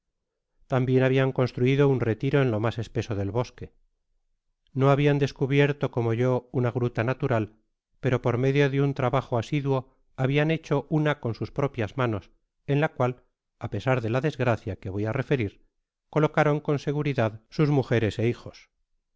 tambien habian construido un retiro en lo mas espeso del bosque no habian descubierto como yo una gruta natural pero por medio de un trabajo asiduo habian hecho una con sus propias manos en la cual á pesar de la desgracia que voy á referir colocaron con seguridad sus mujeres é hijos